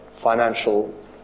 financial